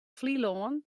flylân